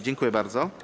Dziękuję bardzo.